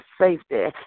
safety